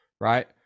right